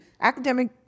academic